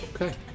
Okay